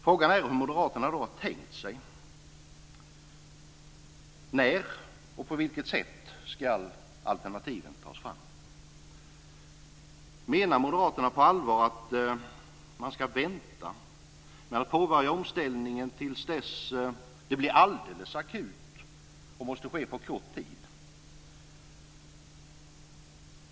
Frågan är hur moderaterna då har tänkt sig det. När och på vilket sätt ska alternativen tas fram? Menar moderaterna på allvar att man ska vänta med att påbörja omställningen till dess det blir alldeles akut och måste ske på kort tid?